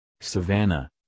Savannah